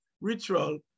ritual